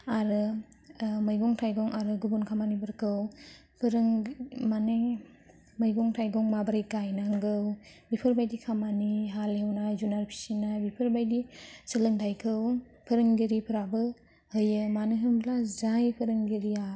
आरो मैगं थाइगं आरो गुबुन खामानिफोरखौ माने मैगं थाइगं माबोरै गायनांगौ बेफोरबायदि खामानि हालेवनाय जुनाद फिसिनाय बेफोरबायदि सोलोंथाइखौ फोरोंगिरिफ्राबो होयो मानो होनोब्ला जाय फोरोंगिरिया